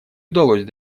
удалось